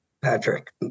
Patrick